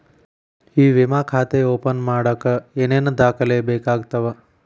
E ವಿಮಾ ಖಾತೆ open ಮಾಡಕ ಏನೇನ್ ದಾಖಲೆ ಬೇಕಾಗತವ